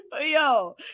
yo